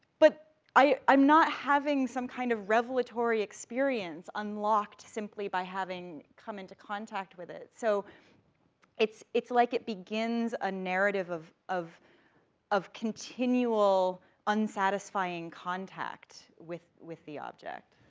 but i'm not having some kind of revelatory experience unlocked simply by having come into contact with it, so it's, it's like it begins a narrative of, of of continual unsatisfying contact with, with the object.